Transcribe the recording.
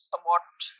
somewhat